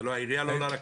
זו הבעיה.